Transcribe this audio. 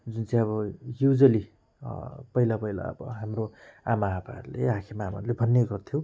जुन चाहिँ हाम्रो युजवेली पहिला पहिला अब हाम्रो आमाआपाहरूले आखी मामहरूले भन्ने गर्थ्यो